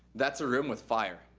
that's a room with fire.